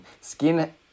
Skin